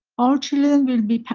all children will be.